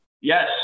Yes